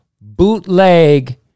bootleg